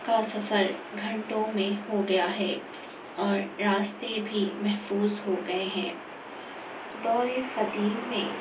کا سفر گھنٹوں میں ہو گیا ہے اور راستے بھی محفوظ ہو گئے ہیں دور قدیم میں